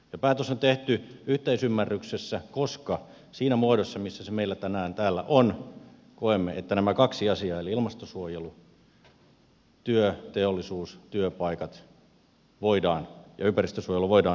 ja päätös on tehty yhteisymmärryksessä koska siinä muodossa missä se meillä tänään täällä on koemme että nämä kaksi asiaa eli ilmastonsuojelu ympäristönsuojelu sekä työ teollisuus ja työpaikat voidaan yhdistää